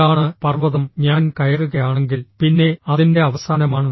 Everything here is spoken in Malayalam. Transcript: ഇതാണ് പർവ്വതം ഞാൻ കയറുകയാണെങ്കിൽ പിന്നെ അതിന്റെ അവസാനമാണ്